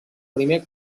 primer